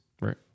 Right